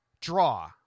draw